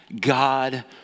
God